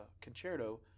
concerto